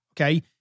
okay